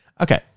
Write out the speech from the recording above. Okay